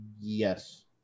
yes